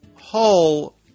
Hull